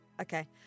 Okay